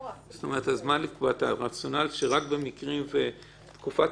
מה לקבוע את הרציונל שרק במקרים שתקופת